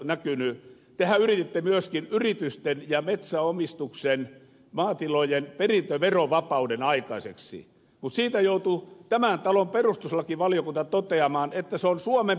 tehän yrititte myöskin yritysten ja metsäomistuksen maatilojen perintöverovapauden saada aikaiseksi mutta siitä joutui tämän talon perustuslakivaliokunta toteamaan että se on suomen perustuslain vastaista